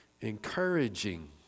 encouraging